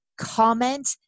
comment